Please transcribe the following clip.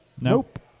Nope